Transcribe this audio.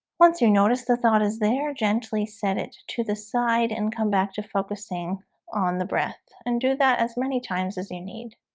once you notice the thought is there gently set it to the side and come back to focusing on the breath and do that as many times as you need